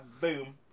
boom